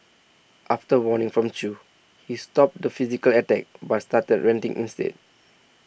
after warning from Chew he stopped the physical attacks but started ranting instead